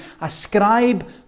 ascribe